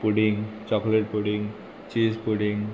pudding chocolate pudding cheese pudding